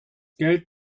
geld